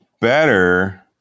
better